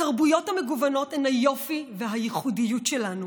התרבויות המגוונות הן היופי והייחודיות שלנו.